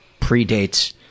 predates